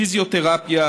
פיזיותרפיה,